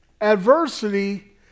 adversity